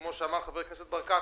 כמו שאמר חבר הכנסת ברקת,